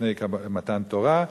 שלפני מתן תורה.